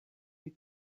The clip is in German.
die